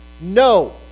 No